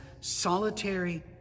solitary